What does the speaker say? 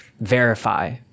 verify